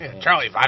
Charlie